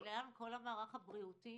כל המערך הבריאותי